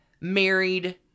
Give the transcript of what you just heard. married